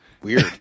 weird